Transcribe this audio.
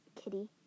kitty